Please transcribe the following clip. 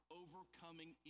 overcoming